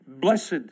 Blessed